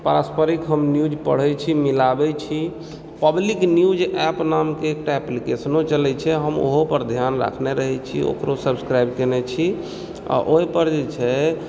पारस्परिक हम न्यूज पढ़ै छी मिलाबै छी पब्लिक न्यूज एप्प नामके एकटा एप्लीकेशनो चलै छै हम ओहो पर ध्यान रखने रहै छी हम ओकरो सब्स्क्राइब कयने छी आ ओहिपर जे छै